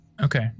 Okay